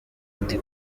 ndi